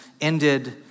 ended